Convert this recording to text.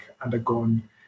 undergone